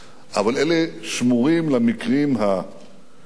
אבל אלה שמורות למקרי הקצה.